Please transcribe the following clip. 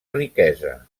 riquesa